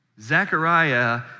Zechariah